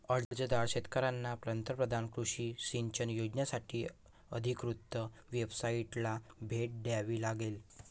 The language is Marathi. अर्जदार शेतकऱ्यांना पंतप्रधान कृषी सिंचन योजनासाठी अधिकृत वेबसाइटला भेट द्यावी लागेल